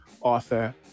author